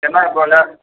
ஏன்னா இப்போ லேட்